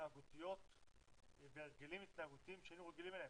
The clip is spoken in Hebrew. התנהגותיות והרגלים התנהגותיים שהיינו רגילים אליהם.